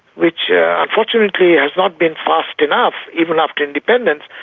which yeah unfortunately has not been fast enough, even after independence,